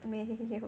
没有